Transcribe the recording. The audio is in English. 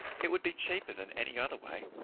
it would be cheaper than any other way.